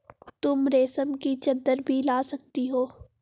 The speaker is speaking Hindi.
तुम रेशम की चद्दर भी ला सकती हो